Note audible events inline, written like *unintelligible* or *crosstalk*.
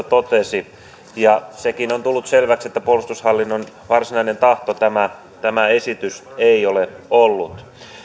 *unintelligible* totesi sekin on tullut selväksi että puolustushallinnon varsinainen tahto tämä tämä esitys ei ole ollut